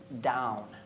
down